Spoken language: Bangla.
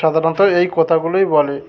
সাধারণত এই কথাগুলোই বলে